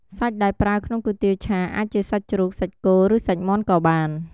សាច់ដែលប្រើក្នុងគុយទាវឆា អាចជាសាច់ជ្រូក សាច់គោ ឬសាច់មាន់ក៏បាន។